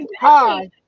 hi